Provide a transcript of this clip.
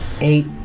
eight